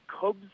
Cubs